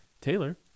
Taylor